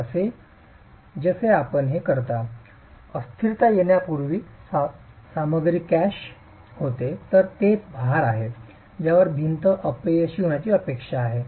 म्हणून जसे आपण हे करता अस्थिरता येण्यापूर्वी सामग्री क्रॅश होते तर तेच भार आहे ज्यावर भिंत अपयशी होण्याची अपेक्षा आहे